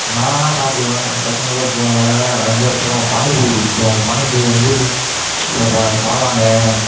நான் ஆனால் சாப்பிடுவேன் பசங்களோட போறதுனால் நான் வந்து அப்புறம் பாணி பூரி பிடிக்கும் பாணி பூரி வந்து இந்த காளான்னு